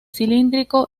cilíndrico